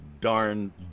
Darn